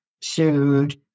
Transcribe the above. sued